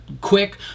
quick